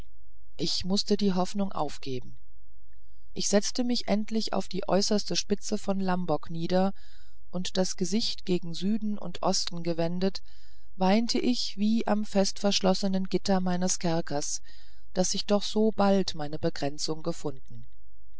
ich mußte die hoffnung aufgeben ich setzte mich endlich auf die äußerste spitze von lamboc nieder und das gesicht gegen süden und osten gewendet weint ich wie am festverschlossenen gitter meines kerkers daß ich doch so bald meine begrenzung gefunden